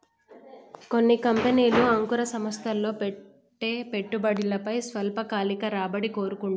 కొన్ని కంపెనీలు అంకుర సంస్థల్లో పెట్టే పెట్టుబడిపై స్వల్పకాలిక రాబడిని కోరుకుంటాయి